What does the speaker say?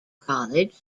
college